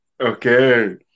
Okay